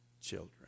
children